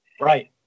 right